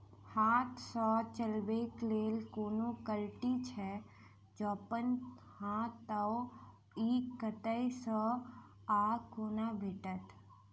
हाथ सऽ चलेबाक लेल कोनों कल्टी छै, जौंपच हाँ तऽ, इ कतह सऽ आ कोना भेटत?